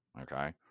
Okay